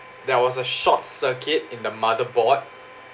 there was a short circuit in the motherboard